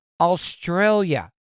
Australia